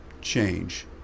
change